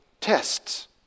tests